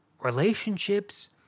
Relationships